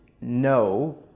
no